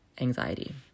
anxiety